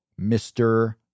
Mr